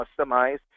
customized